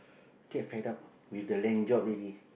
get fed up with the land job already